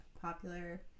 popular